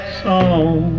song